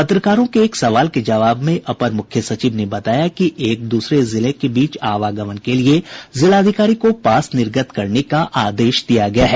पत्रकारों के एक सवाल के जवाब में अपर मुख्य सचिव ने बताया कि एक द्रसरे जिले के बीच आवागमन के लिये जिलाधिकारी को पास निर्गत करने का आदेश दिया गया है